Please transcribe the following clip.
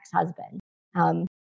ex-husband